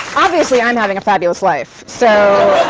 obviously, i'm having a fabulous life, so